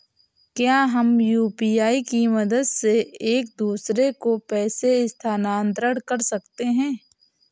क्या हम यू.पी.आई की मदद से एक दूसरे को पैसे स्थानांतरण कर सकते हैं?